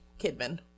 Kidman